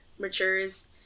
matures